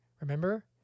Remember